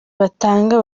batanga